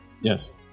Yes